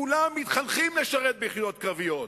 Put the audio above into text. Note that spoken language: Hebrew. כולם מתחנכים לשרת ביחידות קרביות.